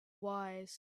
wise